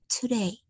today